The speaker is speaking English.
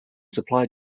supply